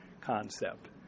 concept